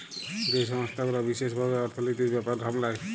যেই সংস্থা গুলা বিশেস ভাবে অর্থলিতির ব্যাপার সামলায়